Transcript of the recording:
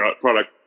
product